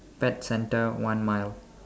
pet centre one mile